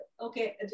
okay